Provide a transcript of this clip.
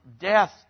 death